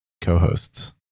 co-hosts